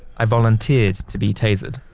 i volunteered to be tasered.